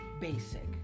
basic